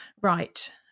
right